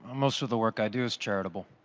most of the work i do is charitable.